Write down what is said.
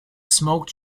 smoke